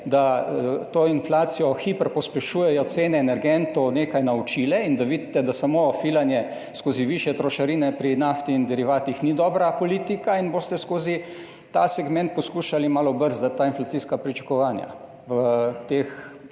da to hiperinflacijo pospešujejo cene energentov, nekaj naučile in da vidite, da samo filanje skozi višje trošarine pri nafti in derivatih ni dobra politika in boste skozi ta segment poskušali malo brzdati ta inflacijska pričakovanja v tem